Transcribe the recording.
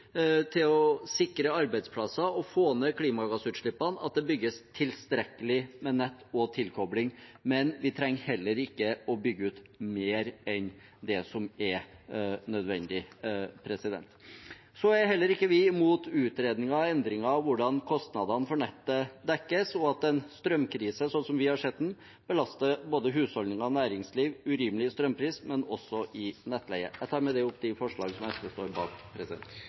til å sikre arbeidsplasser og få ned klimagassutslippene, at det bygges tilstrekkelig med nett og tilkobling, men vi trenger heller ikke å bygge ut mer enn det som er nødvendig. Vi er heller ikke imot utredninger av endringer av hvordan kostnadene for nettet dekkes, og en strømkrise, sånn som vi har sett den, belaster både husholdninger og næringsliv med urimelige strømpriser, men også med nettleie. Jeg tar med det opp det forslaget som SV står bak.